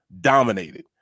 Dominated